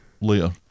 later